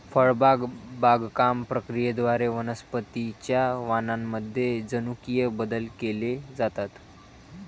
फळबाग बागकाम प्रक्रियेद्वारे वनस्पतीं च्या वाणांमध्ये जनुकीय बदल केले जातात